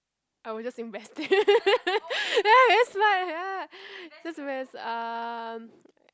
I will just invest it ya that's right ya just where's um